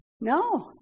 No